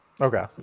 Okay